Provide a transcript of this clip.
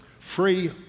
free